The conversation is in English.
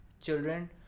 children